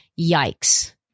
Yikes